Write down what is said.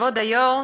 כבוד היושב-ראש,